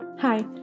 Hi